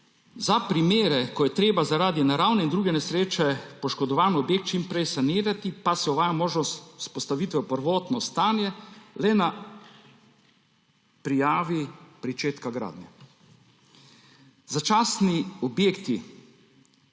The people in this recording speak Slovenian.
Za primere, ko je treba zaradi naravne in druge nesreče poškodovani objekt čim prej sanirati, pa se uvaja možnost vzpostavitve v prvotno stanje le na prijavi pričetka gradnje. Začasni objekti,